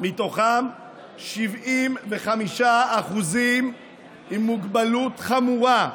שמתוכם 75% עם מוגבלות חמורה,